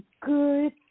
good